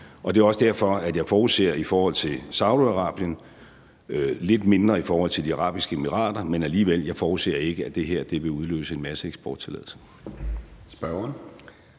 Det er også derfor, at jeg i forhold til Saudi-Arabien – og lidt mindre i forhold til De Forenede Arabiske Emirater, men alligevel – ikke forudser, at det her vil udløse en masse eksporttilladelser.